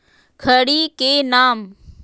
खड़ी के नाम?